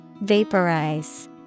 Vaporize